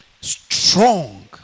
strong